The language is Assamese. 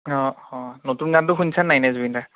অঁ অঁ নতুন গানটো শুনিছা নাই এনে জুবিনদাৰ